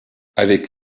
avec